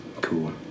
cool